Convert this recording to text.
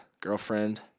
girlfriend